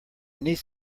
niece